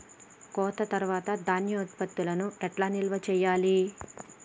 కోత తర్వాత ధాన్యం ఉత్పత్తులను ఎట్లా నిల్వ చేయాలి?